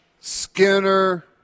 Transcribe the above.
Skinner